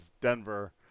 denver